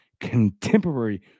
contemporary